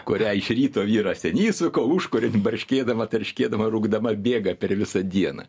kurią iš ryto vyras jan įsuka užkuria barškėdama tarškėdama rūkdama bėga per visą dieną